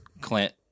Clint